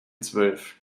zwölf